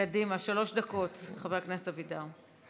קדימה, שלוש דקות, חבר הכנסת אבידר.